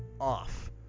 off